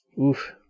Oof